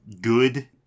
good